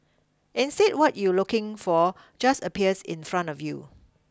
instead what you looking for just appears in front of you